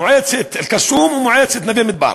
מועצת אל-קסום ומועצת נווה-מדבר.